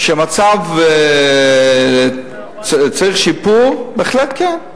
זה שצריך שיפור במצב, בהחלט כן.